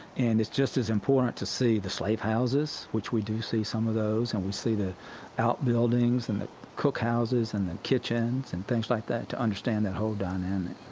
and it's just as important to see the slave houses, which we do see some of those. and we see the outbuildings and the cookhouses and the kitchens and things like that to understand that whole dynamic